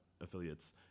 affiliates